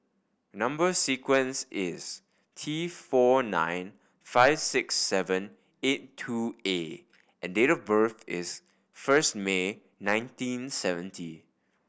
number sequence is T four nine five six seven eight two A and date of birth is first May nineteen seventy